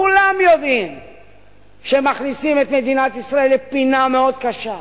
כולם יודעים שמכניסים את מדינת ישראל לפינה מאוד קשה.